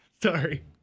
Sorry